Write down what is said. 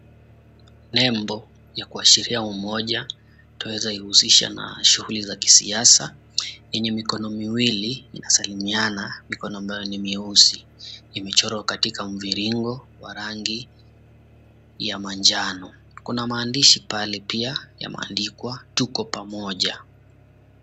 Nembo ya kuashiria umoja, tunaweza ihusisha na shughuli za kisiasa yenye mikono miwili inasalimiana mikono ambayo ni meusi, imechorwa katika mviringo wa rangi ya manjano. Kuna maandishi pale pia yameandikwa tuko pamoja.